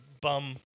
bum